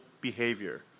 behavior